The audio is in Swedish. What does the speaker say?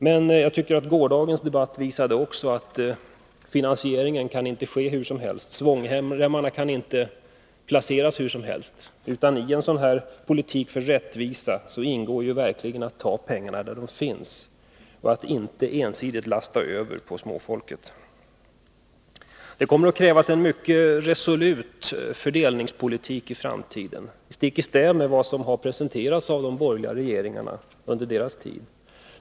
Men jag tycker också att gårdagens debatt visade att finansieringen inte kan ske hur som helst. Svångremmarna kan inte placeras hur som helst. I en politik för rättvisa ingår verkligen att ta pengarna där de finns och att inte ensidigt lasta över bördorna på småfolket. I framtiden kommer det att krävas en mycket resolut fördelningspolitik — stick i stäv med den som har förts av de borgerliga regeringarna under deras tid.